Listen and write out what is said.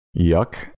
Yuck